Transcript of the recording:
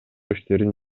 иштерин